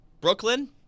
Brooklyn